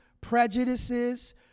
prejudices